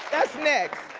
that's next.